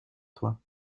toi